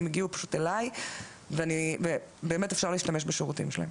הם הגיעו פשוט אליי ובאמת אפשר להשתמש בשירותים שלהם,